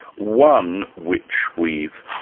one which we've